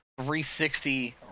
360